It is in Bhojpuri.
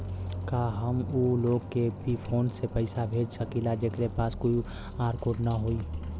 का हम ऊ लोग के भी फोन से पैसा भेज सकीला जेकरे पास क्यू.आर कोड न होई?